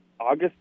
august